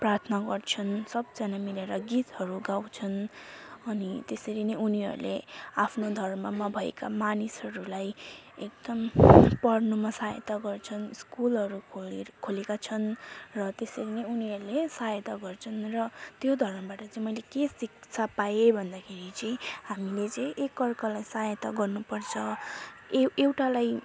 प्रार्थना गर्छन् सबजना मिलेर गीतहरू गाउँछन् अनि त्यसरी नै उनीहरूले आफ्नो धर्ममा भएका मानिसहरूलाई एकदम पढ्नुमा सहायता गर्छन् स्कुलहरू खोलेर खोलेका छन् र त्यसरी उनीहरूले सहायता गर्छन् र त्यो धर्मबाट चाहिँ मैले के शिक्षा पाएँ भन्दाखेरि चाहिँ हामीले चाहिँ एकअर्कालाई सहायता गर्नुपर्छ ए एउटालाई